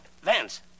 Vance